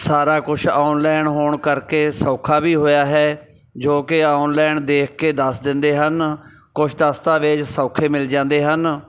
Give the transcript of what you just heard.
ਸਾਰਾ ਕੁਛ ਔਨਲਾਈਨ ਹੋਣ ਕਰਕੇ ਸੌਖਾ ਵੀ ਹੋਇਆ ਹੈ ਜੋ ਕਿ ਔਨਲਾਈਨ ਦੇਖ ਕੇ ਦੱਸ ਦਿੰਦੇ ਹਨ ਕੁਛ ਦਸਤਾਵੇਜ਼ ਸੌਖੇ ਮਿਲ ਜਾਂਦੇ ਹਨ